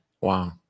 Wow